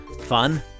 Fun